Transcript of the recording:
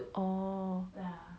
orh